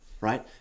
right